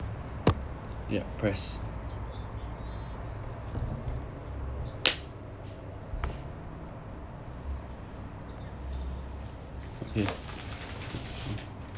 yeah press